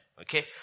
Okay